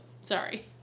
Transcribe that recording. Sorry